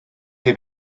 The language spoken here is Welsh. chi